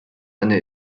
eine